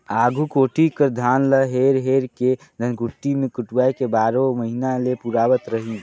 आघु कोठी कर धान ल हेर हेर के धनकुट्टी मे कुटवाए के बारो महिना ले पुरावत रहिन